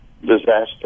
disaster